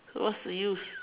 so what's the use